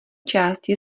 části